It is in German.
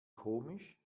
komisch